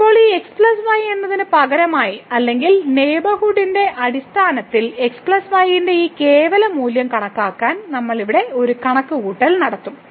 ഇപ്പോൾ ഈ x y എന്നതിന് പകരമായി അല്ലെങ്കിൽ നെയ്ബർഹുഡിന്റെ അടിസ്ഥാനത്തിൽ x y ന്റെ ഈ കേവല മൂല്യം കണക്കാക്കാൻ നമ്മൾ ഇവിടെ ഒരു കണക്കുകൂട്ടൽ നടത്തും